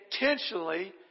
intentionally